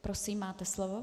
Prosím, máte slovo.